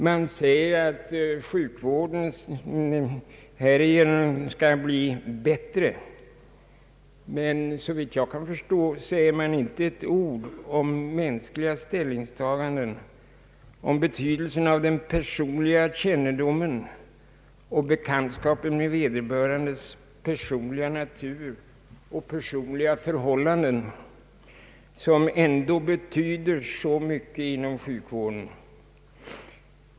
Man säger att sjukvården därigenom skall bli bättre, men såvitt jag kan förstå säger man inte ett ord om mänskliga ställningstaganden, om betydelsen av den personliga kännedomen och bekantskapen med vederbörandes personliga natur och personliga förhållanden, som ändå betyder så mycket inom sjukvården.